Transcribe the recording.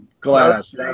glass